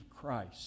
Christ